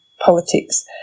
politics